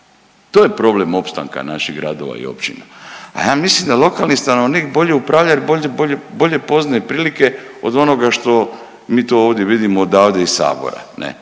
To je problem opstanka naših gradova i općina, a ja mislim da lokalni stanovnik bolje upravlja jer bolje poznaje prilike od onoga što mi to ovdje vidimo odavde iz Sabora.